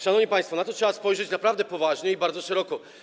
Szanowni państwo, na to trzeba spojrzeć naprawdę poważnie i bardzo szeroko.